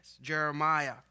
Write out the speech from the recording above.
Jeremiah